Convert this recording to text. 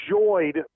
enjoyed